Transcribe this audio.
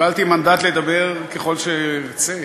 קיבלתי מנדט לדבר ככל שארצה.